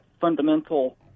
fundamental